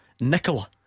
Nicola